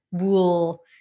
rule